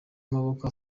amaboko